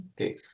okay